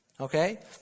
Okay